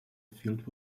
field